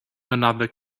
another